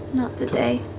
not today.